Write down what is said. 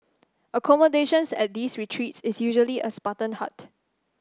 accommodation at these retreats is usually a spartan hut